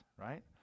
right